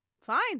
fine